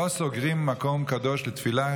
לא סוגרים מקום קדוש לתפילה,